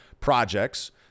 projects